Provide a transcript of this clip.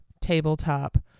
tabletop